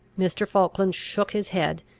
mr. falkland shook his head,